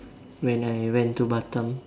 when I went to Batam